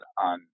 on